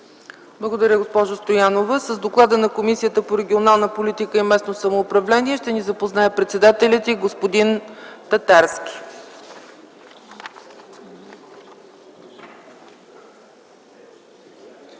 Благодаря, госпожо Стоянова. С доклада на Комисията по регионална политика и местно самоуправление ще ни запознае председателят й господин Любен Татарски. ДОКЛАДЧИК